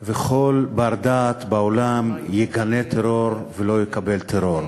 וכל בר-דעת בעולם יגנה טרור ולא יקבל טרור.